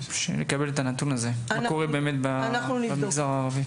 לקבל את הנתון הזה, מה קורה במגזר הערבי.